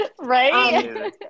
right